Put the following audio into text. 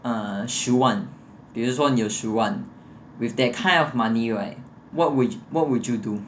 ah 十万比如说你有十万 with that kind of money right what would what would you do